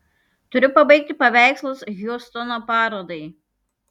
turiu pabaigti paveikslus hjustono parodai